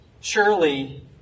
surely